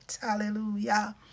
Hallelujah